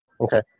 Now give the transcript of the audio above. Okay